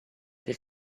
per